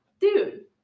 Dude